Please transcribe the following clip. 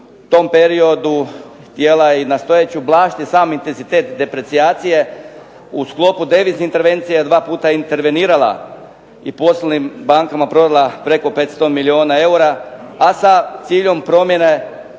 u tom periodu htjela i nastojeći ublažiti sami intenzitet deprecijacije, u sklopu deviznih intervencija je 2 puta intervenirala i poslovnim bankama prodala preko 500 milijuna eura, a sa ciljem promjene